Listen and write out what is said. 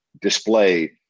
display